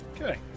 Okay